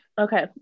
Okay